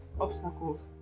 obstacles